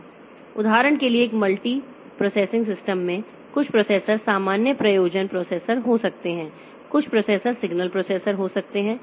उदाहरण के लिए एक मल्टी प्रोसेसिंग सिस्टम में कुछ प्रोसेसर सामान्य प्रयोजन प्रोसेसर हो सकते हैं कुछ प्रोसेसर सिग्नल प्रोसेसर हो सकते हैं